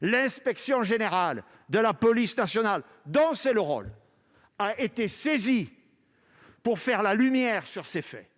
L'inspection générale de la police nationale, dont c'est le rôle, a été saisie pour faire la lumière sur ces faits.